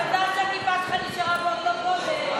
מזל שהכיפה שלך נשארה באותו גודל.